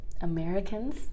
americans